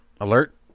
alert